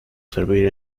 servir